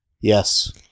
Yes